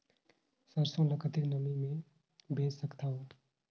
सरसो ल कतेक नमी मे बेच सकथव?